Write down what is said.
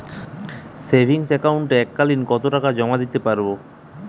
Savings একাউন্টে এক কালিন কতটাকা জমা দিতে পারব?